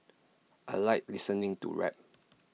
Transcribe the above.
I Like listening to rap